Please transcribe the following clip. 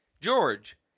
george